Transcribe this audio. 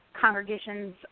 congregations